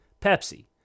Pepsi